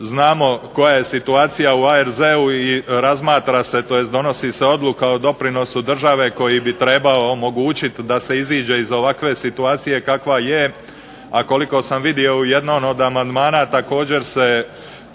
znamo koja je situacija u ARZ-u i donosi se odluka o doprinosu države koji bi trebao omogućiti da se iziđe iz ovakve situacije kakva je, a koliko sam vidio u jednom od amandmana također se